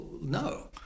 no